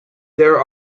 there